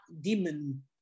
demon